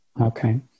Okay